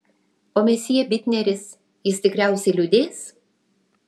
o mesjė bitneris jis tikriausiai liūdės